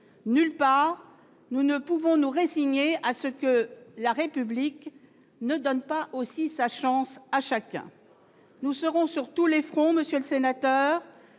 Nulle part, nous ne pouvons nous résigner à ce que la République ne donne pas aussi sa chance à chacun. Nous serons sur tous les fronts, monsieur le sénateur,